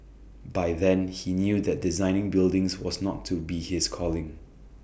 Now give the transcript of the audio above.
by then he knew that designing buildings was not to be his calling